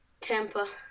Tampa